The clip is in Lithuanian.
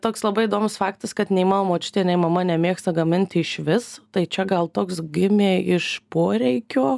toks labai įdomus faktas kad nei mano močiutė nei mama nemėgsta gaminti išvis tai čia gal toks gimė iš poreikio